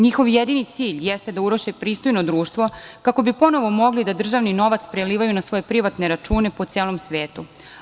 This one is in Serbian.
Njihov jedini cilj jeste da uruše pristojno društvo, kako bi ponovo mogli da državni novac prelivaju na svoje privatne račune po celom svetu.